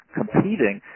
competing